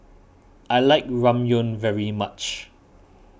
I like Ramyeon very much